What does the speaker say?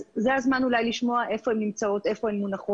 זה הזמן אולי לשמוע איפה הן נמצאות ומונחות